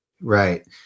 Right